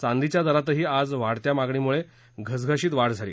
चांदीच्या दरातही आज वाढत्या मागणीमुळं घसघशीत वाढ झाली